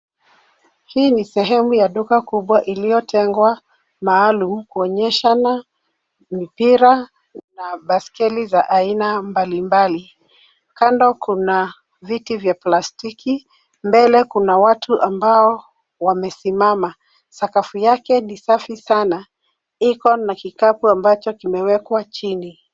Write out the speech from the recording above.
Hii ni sehemu ya duka kubwa iliyotengwa maalum kuonyeshana mpira na baskeli za aina mbalimbali. Kando kuna viti vya plastiki, mbele kuna watu ambao wamesimama. Sakafu yake ni safi sana. Iko na kikapu ambacho kimewekwa chini.